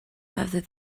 after